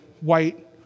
white